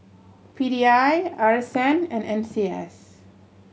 P D I R S N and N C S